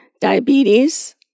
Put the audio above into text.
diabetes